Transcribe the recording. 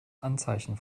anzeichen